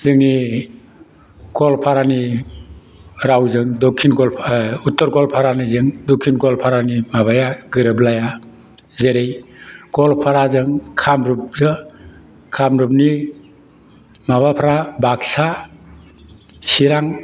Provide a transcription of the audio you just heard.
जोंनि गवालपारानि रावजों दक्षिन उत्तर गवालपारानिजों दक्षिन गवालपारानि माबाया गोरोबलाया जेरै गवालपाराजों कामरुप जों कामरुपनि माबाफ्रा बाक्सा चिरां